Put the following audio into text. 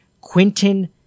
Quinton